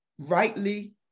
Rightly